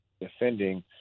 defending